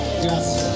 Yes